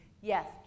Yes